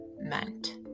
meant